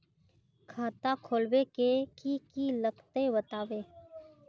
खाता खोलवे के की की लगते बतावे?